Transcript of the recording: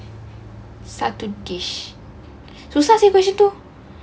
satu dish susah seh question tu